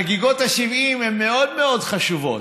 חגיגות ה-70 הן מאוד מאוד חשובות,